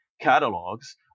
catalogs